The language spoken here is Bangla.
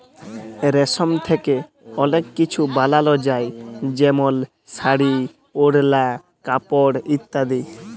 রেশম থ্যাকে অলেক কিছু বালাল যায় যেমল শাড়ি, ওড়লা, কাপড় ইত্যাদি